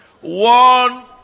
One